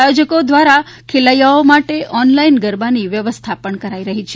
આયોજકો દ્વારા ખૈલેયાઓ માટે ઓનલાઈન ગરબાની વ્યવસ્થા પણ કરાઈ છે